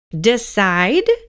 Decide